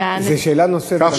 סליחה, זו שאלה נוספת.